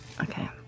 Okay